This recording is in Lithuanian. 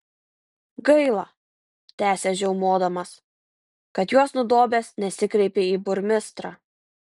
gaila tęsė žiaumodamas kad juos nudobęs nesikreipei į burmistrą